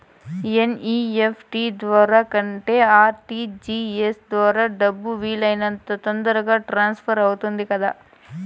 NEFT ద్వారా కంటే RTGS ద్వారా డబ్బు వీలు అయినంత తొందరగా ట్రాన్స్ఫర్ అవుతుంది కదా